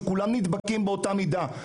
שכולם נדבקים באותה מידה.